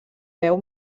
veu